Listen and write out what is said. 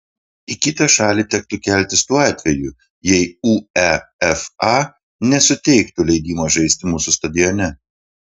į kitą šalį tektų keltis tuo atveju jei uefa nesuteiktų leidimo žaisti mūsų stadione